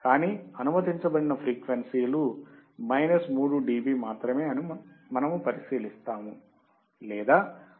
కానీ అనుమతించబడిన ఫ్రీక్వెన్సీ లు మైనస్ 3 డిబి మాత్రమే అని మనము పరిశీలిస్తాము లేదా మొత్తం వోల్టేజ్లో 70 శాతం